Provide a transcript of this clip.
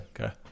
okay